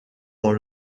dans